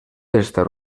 estar